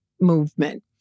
movement